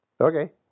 Okay